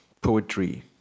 poetry